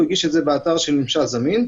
הוא הגיש את זה באתר של ממשל זמין,